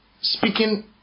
speaking